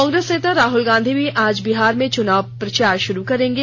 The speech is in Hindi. कांग्रेस नेता राहुल गांधी भी आज बिहार में चुनाव प्रचार शुरू करेंगे